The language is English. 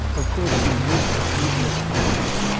of course you wouldn't, even if possible,